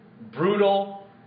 brutal